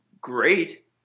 great